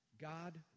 God